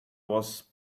was